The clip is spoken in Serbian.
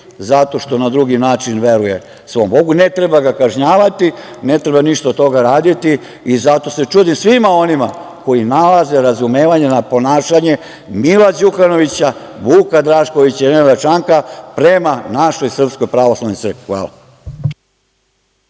zato što na drugi način veruje svom Bogu i ne treba ga kažnjavati. Ne treba ništa od toga raditi i zato se čudim svima onima koji nalaze razumevanja na ponašanje Mila Đukanovića, Vuka Draškovića i Nenada Čanka prema našoj SPC. Hvala.